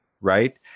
right